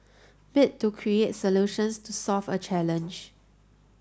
bit to create solutions to solve a challenge